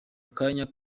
akanya